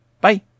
Bye